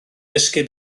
dysgu